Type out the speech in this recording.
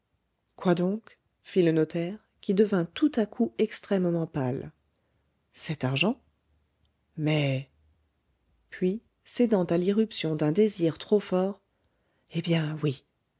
quoi donc fit le notaire qui devint tout à coup extrêmement pâle cet argent mais puis cédant à l'irruption d'un désir trop fort eh bien oui